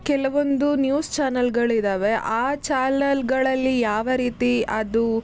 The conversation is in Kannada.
ಕೆಲವೊಂದು ನ್ಯೂಸ್ ಚಾನೆಲ್ಗಳಿದಾವೆ ಆ ಚಾಲಲ್ಗಳಲ್ಲಿ ಯಾವ ರೀತಿ ಅದು